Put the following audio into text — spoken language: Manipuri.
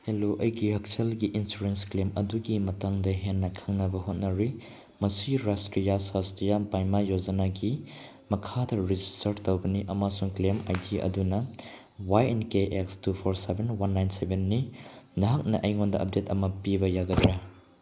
ꯍꯦꯜꯂꯣ ꯑꯩꯒꯤ ꯍꯛꯁꯦꯜꯒꯤ ꯏꯟꯁꯨꯔꯦꯟꯁ ꯀ꯭ꯂꯦꯝ ꯑꯗꯨꯒꯤ ꯃꯇꯥꯡꯗ ꯍꯦꯟꯅ ꯈꯪꯅꯕ ꯍꯣꯠꯅꯔꯤ ꯃꯁꯤ ꯔꯥꯁꯇ꯭ꯔꯤꯌꯥ ꯁ꯭ꯋꯥꯁꯊ꯭ꯌꯥ ꯕꯥꯏꯃꯥ ꯌꯣꯖꯅꯥꯒꯤ ꯃꯈꯥꯗ ꯔꯦꯖꯤꯁꯇꯔ ꯇꯧꯕꯅꯤ ꯑꯃꯁꯨꯡ ꯀ꯭ꯂꯦꯝ ꯑꯥꯏ ꯗꯤ ꯑꯗꯨꯅ Y N K X two four seven one nine ꯁꯕꯦꯟꯅꯤ ꯅꯍꯥꯛꯅ ꯑꯩꯉꯣꯟꯗ ꯑꯞꯗꯦꯠ ꯑꯃ ꯄꯤꯕ ꯌꯥꯒꯗ꯭ꯔ